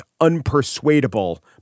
unpersuadable